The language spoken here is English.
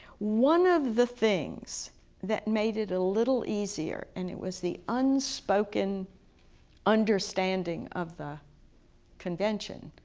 one of the things that made it a little easier, and it was the unspoken understanding of the convention,